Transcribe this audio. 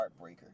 heartbreaker